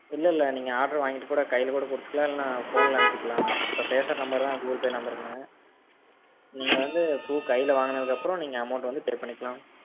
இல்லை இல்லை நீங்கள் ஆர்டர வாங்கிட்டுக்கூட கையில்கூட கொடுத்துக்கலாம் இல்லைனா ஃபோனில் அனுப்பிக்கலாண்ணா இப்போ பேசுகிற நம்பர் தான் கூகுள் பே நம்பருங்க நீங்கள் வந்து பூ கையில் வாங்குனதுக்கப்றம் நீங்கள் அமௌண்ட் வந்து பே பண்ணிக்கலாம்